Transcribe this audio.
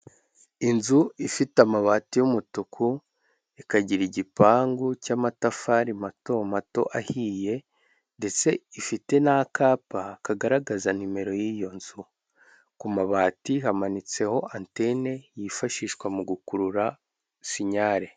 Inzu ifite amabati y'umutuku, ikagira igipangu cy'amatafari mato mato ahiye, ndetse ifite n'akapa kagaragaza nimero y'iyo nzu, ku mabati hamanitseho antene yifashishwa mu gukurura sinyare.